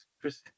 Chris